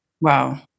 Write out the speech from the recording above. Wow